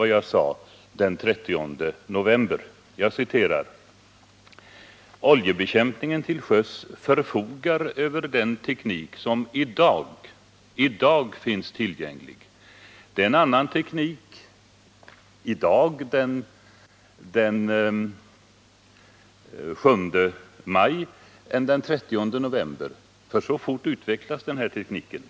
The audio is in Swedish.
Den 30 november sade jag att ”oljebekämpningen till sjöss förfogar över den teknik som i dag” — alltså den 30 november — ”finns tillgänglig”. I dag—-den 7 maj — har vi en annan teknik än den 30 november. Så fort utvecklas nämligen den här tekniken.